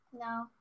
No